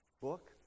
book